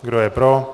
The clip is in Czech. Kdo je pro?